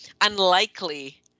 unlikely